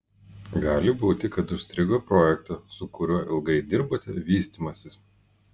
gali būti kad užstrigo projekto su kuriuo ilgai dirbote vystymasis